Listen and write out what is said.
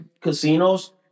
casinos